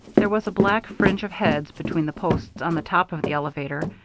there was a black fringe of heads between the posts on the top of the elevator,